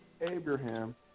Abraham